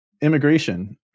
immigration